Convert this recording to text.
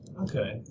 Okay